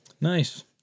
Nice